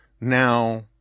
Now